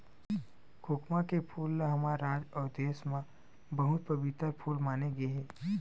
खोखमा के फूल ल हमर राज अउ देस म बहुत पबित्तर फूल माने गे हे